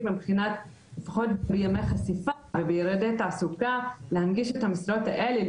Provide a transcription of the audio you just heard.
ולפחות בימי חשיפה ובירידי תעסוקה להנגיש את המשרות האלה.